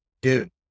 Dude